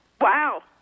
Wow